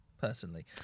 personally